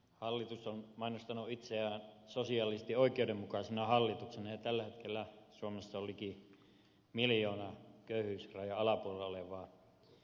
hallitus on mainostanut itseään sosiaalisesti oikeudenmukaisena hallituksena ja tällä hetkellä suomessa on liki miljoona köyhyysrajan alapuolella olevaa ihmistä